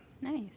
Nice